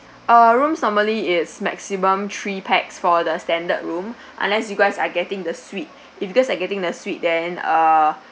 uh rooms normally is maximum three pax for the standard room unless you guys are getting the suite if you guys are getting the suite then